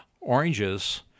oranges